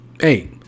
hey